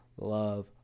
love